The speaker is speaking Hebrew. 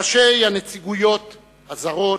ראשי הנציגויות הזרות,